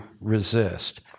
resist